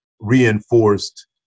reinforced